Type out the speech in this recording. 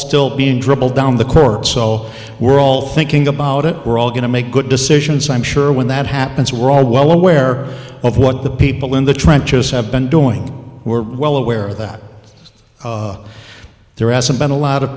still be in trouble down the court so we're all thinking about it we're all going to make good decisions i'm sure when that happens we're all well aware of what the people in the trenches have been doing we're well aware that there hasn't been a lot of